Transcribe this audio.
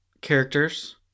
characters